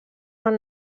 van